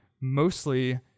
mostly